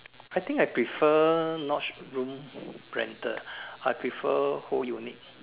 I think I prefer not room rental I prefer whole unit